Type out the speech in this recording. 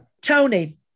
Tony